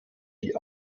die